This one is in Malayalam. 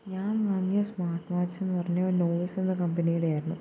ഞാൻ വാങ്ങിയ സ്മാർട്ട് വാച്ചെന്നു പറഞ്ഞാൽ നോയ്സ് എന്ന കമ്പനിയുടെയായിരുന്നു